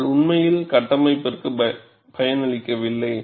ஆனால் உண்மையில் கட்டமைப்பிற்கு பயனளிக்கவில்லை